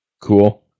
Cool